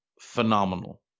phenomenal